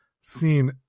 seen